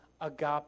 agape